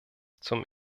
zum